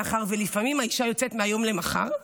מאחר שלפעמים האישה יוצאת מהיום למחר.